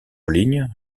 ligne